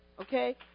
Okay